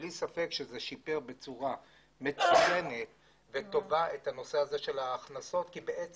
אין ספק שזה שיפר בצורה מצוינת וטובה את ההכנסות כי יש